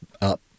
up